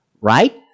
right